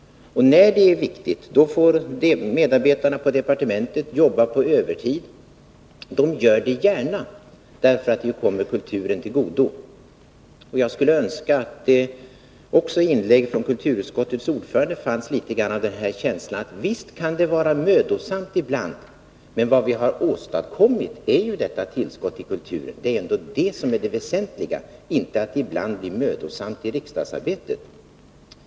Och när en sak är viktig får medarbetarna på departementet jobba på övertid. Det gör de gärna, därför att det kommer kulturen till godo. Jag skulle önska att det också i inläggen från kulturutskottets ordförande fanns litet grand av känslan att visst kan det vara mödosamt ibland, men vad vi har åstadkommit är ju detta tillskott till kulturen. Det är ändå det som är det väsentliga, inte att det ibland blir mödosamt i riksdagsarbetet.